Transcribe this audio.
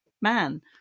man